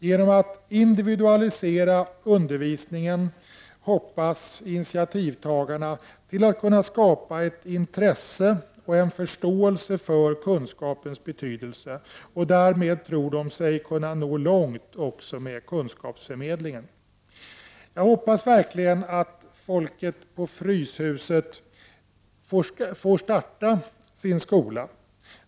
Genom att individualisera undervisningen hoppas initiativtagarna kunna skapa ett intresse och en förståelse för kunskapens betydelse, och därmed tror de sig kunna nå långt också med kunskapsförmedlingen. Jag hoppas verkligen att folket på Fryshuset får starta sin skola.